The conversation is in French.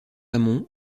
amont